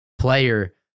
player